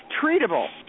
treatable